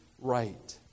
right